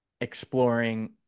exploring